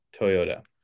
Toyota